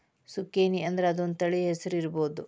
ಜುಕೇನಿಅಂದ್ರ ಅದೊಂದ ತಳಿ ಹೆಸರು ಇರ್ಬಹುದ